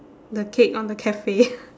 the cake on the cafe